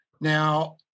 Now